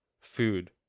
food